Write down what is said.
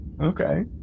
Okay